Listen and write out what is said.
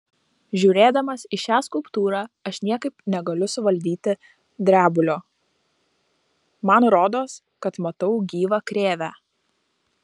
žiūrėdamas į šią skulptūrą aš niekaip negaliu suvaldyti drebulio man rodos kad matau gyvą krėvę